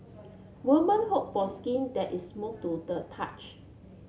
woman hope for skin that is move to the touch